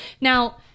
Now